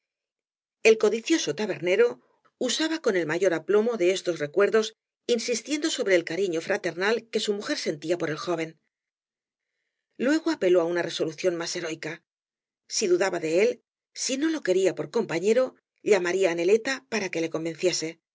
hermano codicioso tabernero usaba con el mayor v blasco ibáñbz aplomo de estos recuerdos insistiendo sobre el cariño fraternal que su mujer sentía por el joven luego apeló á una resolución más heroica si dudaba de éi si no lo quería por compañero llamaría á neleta para que le convenciese